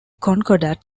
concordat